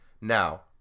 Now